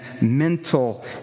mental